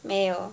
没有